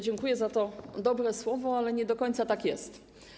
Dziękuję za to dobre słowo, ale nie do końca tak jest.